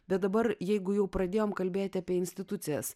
bet dabar jeigu jau pradėjom kalbėti apie institucijas